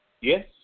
Yes